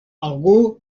algú